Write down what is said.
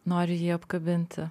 noriu jį apkabinti